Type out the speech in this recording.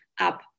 up